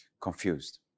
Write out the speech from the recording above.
confused